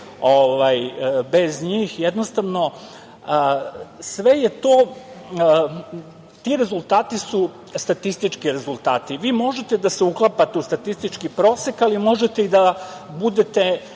bez njih, jednostavno, ti rezultati su statistički rezultati. Vi možete da se uklapate u statistički prosek, ali možete da budete